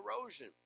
erosion